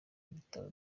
ibitabo